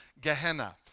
Gehenna